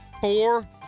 four